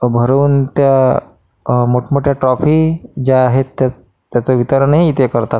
भरवून त्या मोठमोठ्या ट्रॉफी ज्या आहेत त्या त्याचं वितरणही इथे करतात